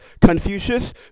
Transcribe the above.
Confucius